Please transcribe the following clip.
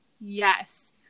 Yes